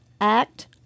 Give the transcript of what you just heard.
act